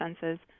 senses